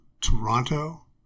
Toronto